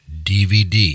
DVD